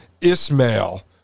Ismail